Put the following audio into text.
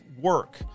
work